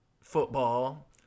football